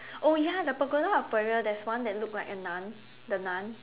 oh ya the Pagoda of Peril there is one that look like a nun the nun